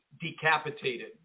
decapitated